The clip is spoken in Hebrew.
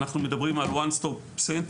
אנחנו מדברים על One Stop Center.